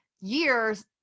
year's